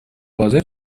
بازه